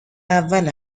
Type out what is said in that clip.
اول